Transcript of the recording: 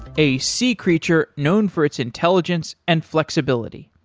a sea creature known for its intelligence and flexibility.